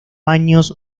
años